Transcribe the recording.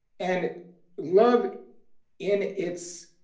and love in its